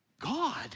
God